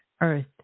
Earth